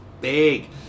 big